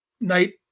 night